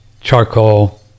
charcoal